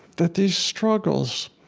that these struggles